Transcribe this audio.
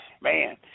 man